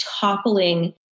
toppling